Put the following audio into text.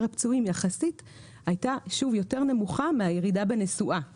הפצועים יחסית הייתה יותר נמוכה מהירידה בנסועה.